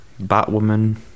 Batwoman